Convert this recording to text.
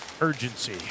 Urgency